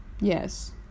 Yes